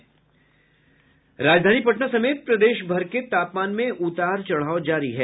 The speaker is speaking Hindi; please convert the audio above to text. राजधानी पटना समेत प्रदेश भर के तापमान में उतार चढ़ाव जारी है